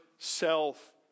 self